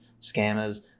scammers